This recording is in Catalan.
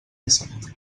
disset